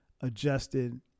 adjusted